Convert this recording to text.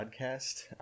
Podcast